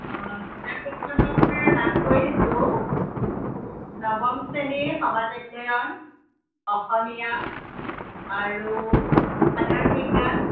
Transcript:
অ কিতাপকেইখনৰ নাম কৈ দিছোঁ নৱম শ্ৰেণীৰ সমাজ অধ্যয়ন অসমীয়া আৰু সাধাৰণ বিজ্ঞান